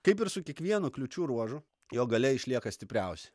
kaip ir su kiekvienu kliūčių ruožu jo galia išlieka stipriausi